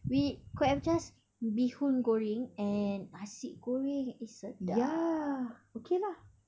we could have just bihun goreng and nasi goreng eh sedap